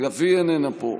גם היא איננה פה.